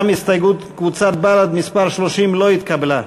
גם הסתייגות קבוצת בל"ד, מס' 30, לא התקבלה.